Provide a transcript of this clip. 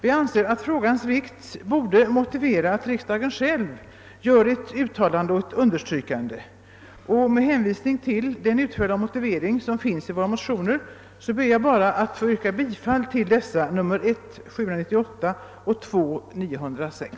Vi anser att frågans vikt motiverar att riksdagen själv gör ett uttalande och ett understrykande. Herr talman! Med hänvisning till den utförliga motiveringen i motionerna ber jag att få yrka bifall till dem.